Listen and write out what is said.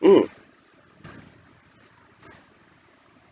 mm